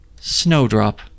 Snowdrop